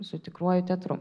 su tikruoju teatru